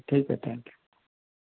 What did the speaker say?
ठीक आहे थँक्यू